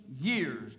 years